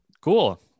Cool